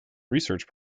research